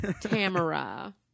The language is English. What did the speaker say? Tamara